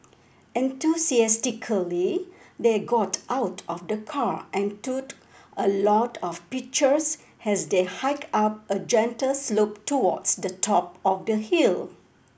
enthusiastically they got out of the car and took a lot of pictures as they hiked up a gentle slope towards the top of the hill